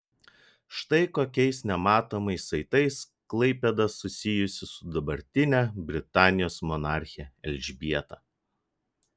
štai kokiais nematomais saitais klaipėda susijusi su dabartine britanijos monarche elžbieta